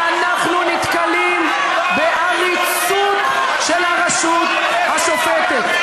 ואנחנו נתקלים בעריצות של הרשות השופטת.